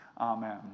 Amen